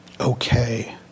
okay